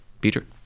Peter